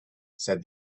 said